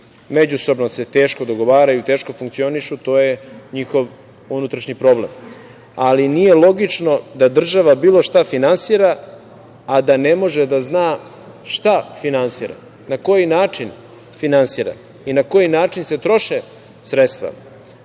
međusobno se teško dogovaraju, teško funkcionišu, to je njihov unutrašnji problem. Ali nije logično da država bilo šta finansira, a da ne može da zna šta finansira, na koji način finansira i na koji način se troše sredstva.